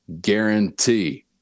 guarantee